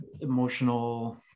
emotional